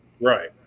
right